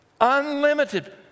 Unlimited